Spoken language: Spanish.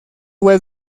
web